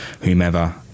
whomever